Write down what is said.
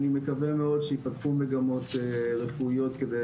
אני מקווה מאוד שיפתחו מגמות רפואיות כדי